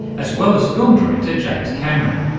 as well as film director james cameron.